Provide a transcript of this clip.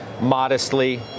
modestly